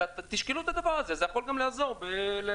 תשקלו את הדבר הזה, זה יכול לעזור ללקוחות.